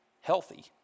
healthy